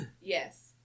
Yes